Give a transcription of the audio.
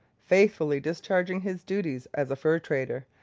faithfully discharging his duties as a fur-trader,